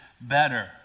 better